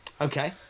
Okay